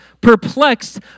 perplexed